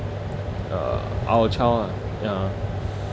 uh our child lah ya